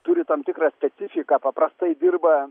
turi tam tikrą specifiką paprastai dirba